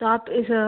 तो आप इस